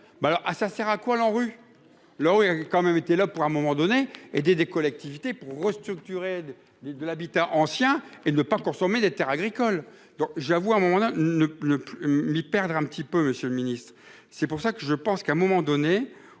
Alors ah ça sert à quoi l'ANRU là où il y a quand même été là pour un moment donné et des des collectivités pour restructurer de de l'habitat ancien, et de ne pas consommer des Terres agricoles. Donc j'avoue un moment là ne le les perdre un petit peu. Monsieur le Ministre, c'est pour ça que je pense qu'à un moment donné